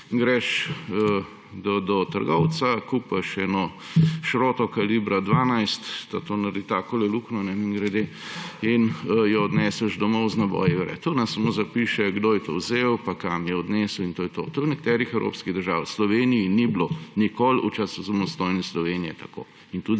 greš do trgovca, kupiš eno šroto kalibra 12, to naredi takšno luknjo, mimogrede, in jo odneseš domov z naboji vred. On samo zapiše, kdo je to vzel, pa kam je odnesel. In to je to. To je v nekaterih evropskih državah. V Sloveniji ni bilo nikoli v času samostojne Slovenije tako in tudi